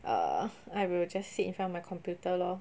uh I will just sit in front of my computer lor